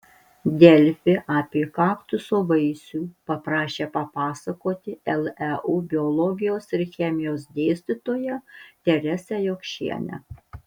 delfi apie kaktuso vaisių paprašė papasakoti leu biologijos ir chemijos dėstytoją teresę jokšienę